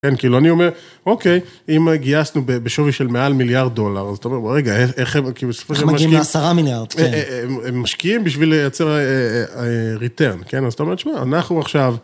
כן, כאילו אני אומר, אוקיי, אם גייסנו בשווי של מעל מיליארד דולר, זאת אומרת, ברגע, איך הם, כי בסופו של דבר הם משקיעים... איך הם מגיעים לעשרה מיליארד, כן. הם משקיעים בשביל לייצר ריטרן, כן, אז אתה אומר, תשמע, אנחנו עכשיו...